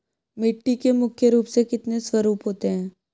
मिट्टी के मुख्य रूप से कितने स्वरूप होते हैं?